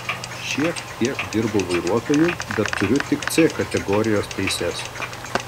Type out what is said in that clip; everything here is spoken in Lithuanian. šiek tiek dirbau vairuotoju bet turiu tik c kategorijos teises